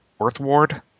Earthward